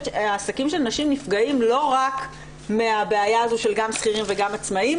העסקים של נשים נפגעים לא רק מהבעיה הזו של גם שכירים וגם עצמאים,